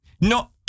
no